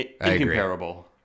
Incomparable